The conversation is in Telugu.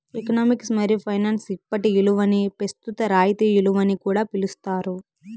ఎకనామిక్స్ మరియు ఫైనాన్స్ ఇప్పటి ఇలువని పెస్తుత రాయితీ ఇలువని కూడా పిలిస్తారు